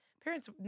parents